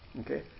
Okay